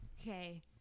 Okay